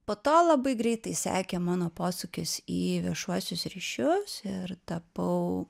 po to labai greitai sekė mano posūkis į viešuosius ryšius ir tapau